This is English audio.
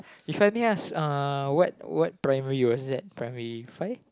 If I may ask uh what what primary it was that primary If I